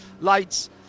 lights